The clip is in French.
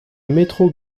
metro